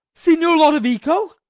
signior lodovico?